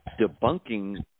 debunking